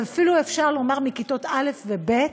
ואפילו אפשר שמכיתות א' וב',